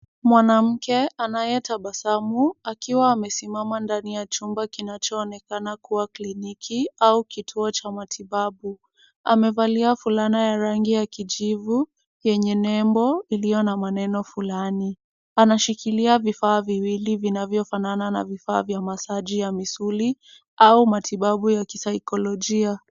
Mwanamke anayetabasamu akiwa amesimama ndani ya chumba kinachoonekana kuwa kliniki au kituo cha matibabu. Amevalia fulana ya rangi ya kijivu yenye nembo iliyo na maneno fulani. Anashikilia vifaa viwili vinavyofanana na vifaa vya masaji ya misuli au matibabu ya kisaikolojia.